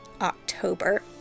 October